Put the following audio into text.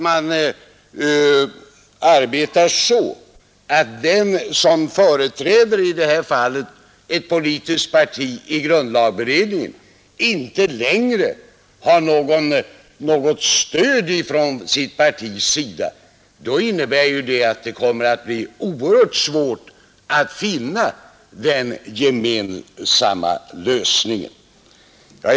Om en ledamot som företräder ett politiskt parti i grundlagberedningen inte längre har något stöd från sitt parti, kommer det att bli oerhört svårt att få en gemensam lösning.